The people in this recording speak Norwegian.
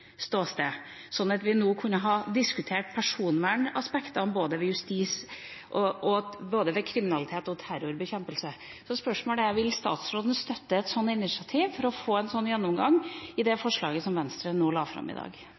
sånn at vi kunne ha diskutert personvernaspektene ved både kriminalitets- og terrorbekjempelse. Så spørsmålet er: Vil statsråden støtte et initiativ for å få en sånn gjennomgang, som i det forslaget som Venstre la fram i dag?